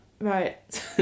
right